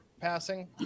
passing